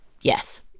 Yes